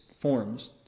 forms